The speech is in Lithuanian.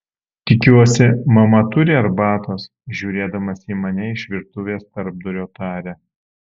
tikiuosi mama turi arbatos žiūrėdamas į mane iš virtuvės tarpdurio taria